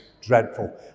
dreadful